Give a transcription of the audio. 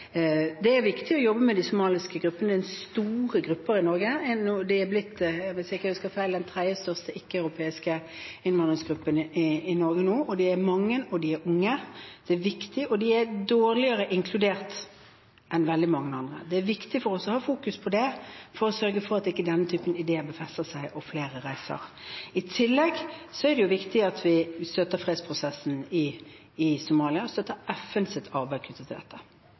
Det er viktig å jobbe med de somaliske gruppene, en stor gruppe i Norge. Det er blitt, hvis jeg ikke husker feil, den tredje største ikke-europeiske innvandringsgruppen i Norge nå. De er mange, de er unge – det er viktig – og de er dårligere inkludert enn veldig mange andre. Det er viktig for oss å fokusere på det for å sørge for at ikke denne typen ideer befester seg og flere reiser. I tillegg er det viktig at vi støtter fredsprosessen i Somalia, støtter FNs arbeid knyttet til dette.